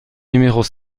numéros